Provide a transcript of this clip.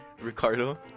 Ricardo